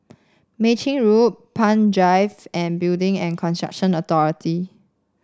Mei Chin Road Palm Drive and Building and Construction Authority